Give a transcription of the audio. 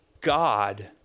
God